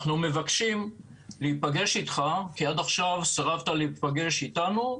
אנחנו מבקשים להיפגש איתך כי עד עכשיו סירבת להיפגש איתנו,